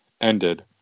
ended